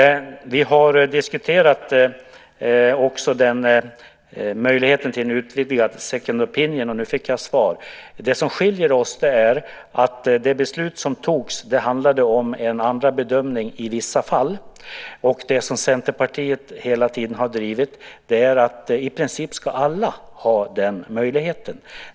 Vi har också diskuterat möjligheten till en utvidgad second opinion , och nu fick jag svar. Men det beslut som togs handlade om en andra bedömning i vissa fall. Det som Centerpartiet hela tiden har drivit, och där skiljer vi oss åt, är att i princip alla ska ha den möjligheten.